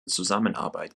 zusammenarbeit